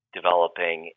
developing